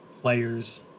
players